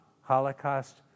holocaust